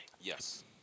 Yes